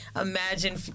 imagine